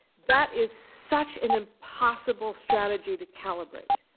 that is such an impossible strategy to calibrate.